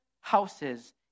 houses